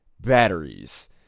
batteries